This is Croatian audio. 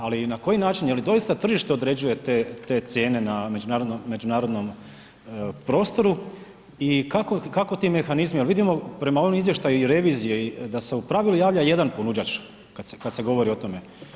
Ali, na koji način, je li doista tržište određuje te cijene na međunarodnom prostoru i kako ti mehanizmi, jer vidimo prema ovom izvještaju i revizije da se u pravilu javlja jedan ponuđač, kad se govori o tome.